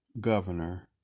governor